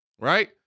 right